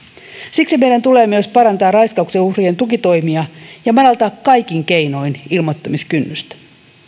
siksi meidän tulee myös parantaa raiskauksen uhrien tukitoimia ja madaltaa kaikin keinoin ilmoittamiskynnystä